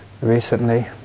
recently